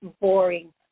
boring